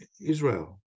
Israel